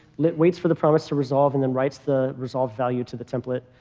lit waits for the promise to resolve, and then writes the resolved value to the template.